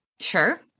Sure